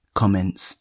comments